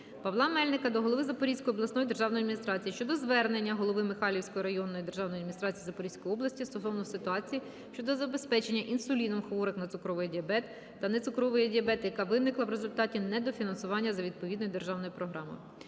Павла Мельника до голови Запорізької обласної державної адміністрації щодо звернення голови Михайлівської районної державної адміністрації Запорізької області стосовно ситуації щодо забезпечення інсуліном хворих на цукровий діабет та нецукровий діабет, яка виникла в результаті недофінансування за відповідною державною програмою.